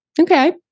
okay